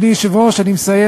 אדוני היושב-ראש, אני מסיים.